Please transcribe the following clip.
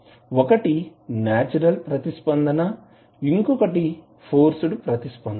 ఒకటి నేచురల్ ప్రతిస్పందన ఇంకొకటి ఫోర్స్డ్ ప్రతిస్పందన